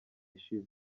ishize